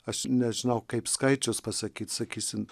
aš nežinau kaip skaičius pasakyt sakysim